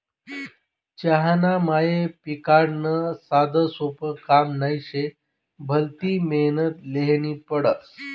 चहाना मया पिकाडनं साधंसोपं काम नही शे, भलती मेहनत ल्हेनी पडस